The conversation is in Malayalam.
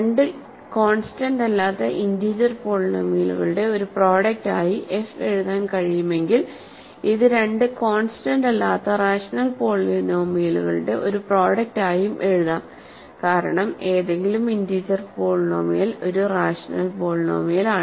രണ്ട് കോൺസ്റ്റന്റ് അല്ലാത്ത ഇന്റീജർ പോളിനോമിയലുകളുടെ ഒരു പ്രോഡക്ട് ആയി എഫ് എഴുതാൻ കഴിയുമെങ്കിൽ ഇത് രണ്ട് കോൺസ്റ്റന്റ് അല്ലാത്ത റാഷണൽ പോളിനോമിയലുകളുടെ ഒരു പ്രോഡക്ട് ആയും എഴുതാം കാരണം ഏതെങ്കിലും ഇന്റീജർ പോളിനോമിയൽ ഒരു റാഷണൽ പോളിനോമിയലാണ്